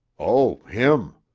oh, him.